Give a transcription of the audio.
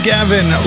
Gavin